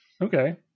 Okay